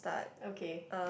okay